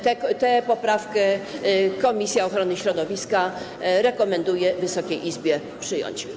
Tę poprawkę komisja ochrony środowiska rekomenduje Wysokiej Izbie przyjąć.